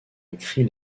écrit